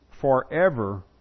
forever